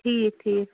ٹھیٖک ٹھیٖک